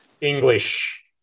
English